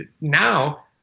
Now